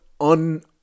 un